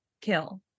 kill